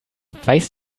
weiß